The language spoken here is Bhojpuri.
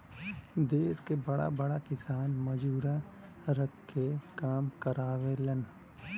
देस के बड़ा बड़ा किसान मजूरा रख के काम करावेलन